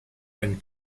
when